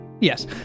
yes